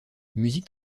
musique